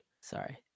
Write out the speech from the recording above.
Sorry